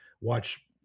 watch